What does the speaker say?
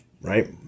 Right